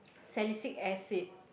salicylic acid